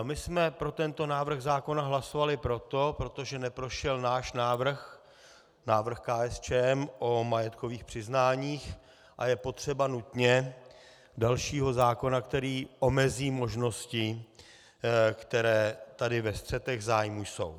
My jsme pro tento návrh zákona hlasovali proto, protože neprošel náš návrh, návrh KSČM, o majetkových přiznáních, a je nutně potřeba dalšího zákona, který omezí možnosti, které tady ve střetech zájmů jsou.